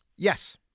Yes